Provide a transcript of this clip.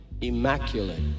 immaculate